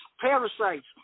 Parasites